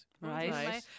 Right